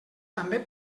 també